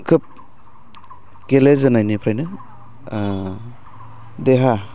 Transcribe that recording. खोब गेलेजेननायनिफ्रायनो देहा